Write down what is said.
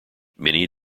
many